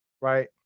right